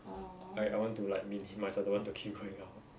I I want to like minimise I don't want to keep going out